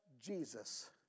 Jesus